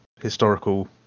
historical